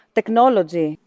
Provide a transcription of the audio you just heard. technology